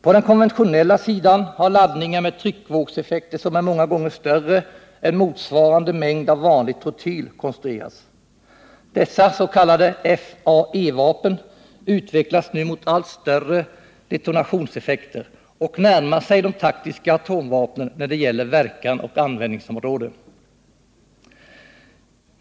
På den konventionella sidan har laddningar med tryckvågseffekter, som är många gånger större än av motsvarande mängd vanlig trotyl, konstruerats. Dessa s.k. FAE-vapen utvecklas nu mot allt större detonationseffekter och närmar sig de taktiska atomvapnen när det gäller verkån och användningsområde.